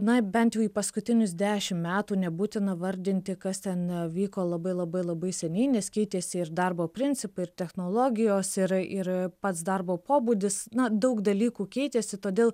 na bent jau į paskutinius dešimt metų nebūtina vardinti kas ten vyko labai labai labai seniai nes keitėsi ir darbo principai ir technologijos ir ir pats darbo pobūdis na daug dalykų keitėsi todėl